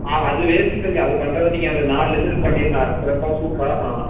ஆ அது வேஷ்ட்டு தம்பி அது பண்ணுறதுக்கு நீங்கள் நாலு லட்சத்துக்கு பண்ணிடலாம் அது சிறப்பாக சூப்பராக பண்ணலாம்